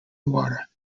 water